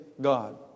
God